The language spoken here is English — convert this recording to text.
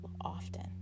often